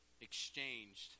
exchanged